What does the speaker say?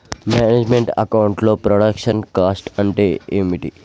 Manage meant account లో production cost అంటే ఏమిటి?